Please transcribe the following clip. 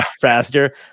faster